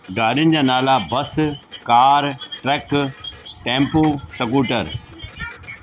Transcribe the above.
गाॾियुनि जा नाला bus car truck tempo scooter